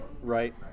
right